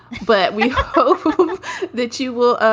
but we hope that you will,